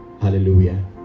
Hallelujah